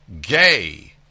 gay